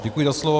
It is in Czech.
Děkuji za slovo.